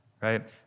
right